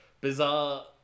bizarre